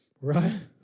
right